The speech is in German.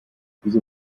wieso